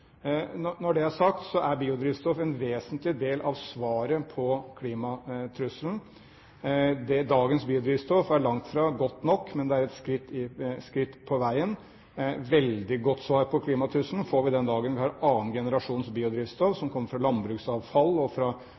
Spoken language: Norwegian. Når det er sagt: Biodrivstoff er en vesentlig del av svaret på klimatrusselen. Dagens biodrivstoff er langt fra godt nok, men det er et skritt på veien. Veldig godt svar på klimatrusselen får vi den dagen vi har 2. generasjons biodrivstoff som kommer fra landbruksavfall og fra